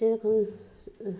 जिखुनु